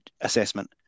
assessment